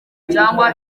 cyangwa